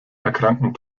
erkrankten